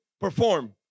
perform